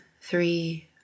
three